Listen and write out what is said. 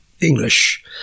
English